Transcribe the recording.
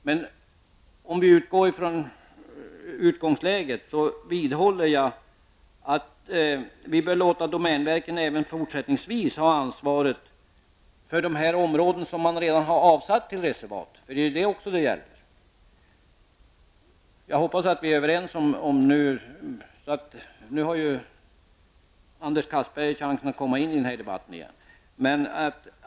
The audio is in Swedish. Men om vi utgår från utgångsläget, så vidhåller jag att vi bör låta domänverket även fortsättningsvis ha ansvaret för dessa områden som man redan har avsatt till reservat. Jag hoppas att vi är överens om att det är detta som det gäller. Nu har ju Anders Castberger chans att komma in i den här debatten igen.